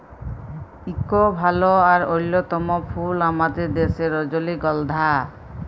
ইক ভাল আর অল্যতম ফুল আমাদের দ্যাশের রজলিগল্ধা